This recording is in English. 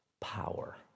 power